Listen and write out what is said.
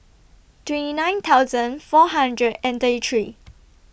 twenty nine thousand four hundred and thirty three